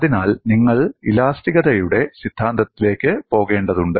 അതിനാൽ നിങ്ങൾ ഇലാസ്തികതയുടെ സിദ്ധാന്തത്തിലേക്ക് പോകേണ്ടതുണ്ട്